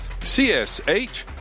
CSH